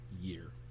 year